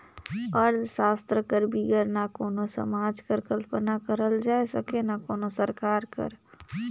अर्थसास्त्र कर बिगर ना कोनो समाज कर कल्पना करल जाए सके ना कोनो सरकार कर